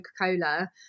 Coca-Cola